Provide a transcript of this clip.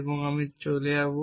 এবং আমি চলে যাব